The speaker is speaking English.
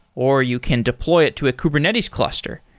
or you can deploy it to a kubernetes cluster,